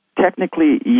technically